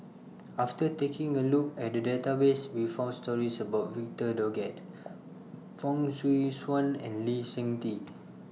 after taking A Look At The Database We found stories about Victor Doggett Fong Swee Suan and Lee Seng Tee